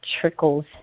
trickles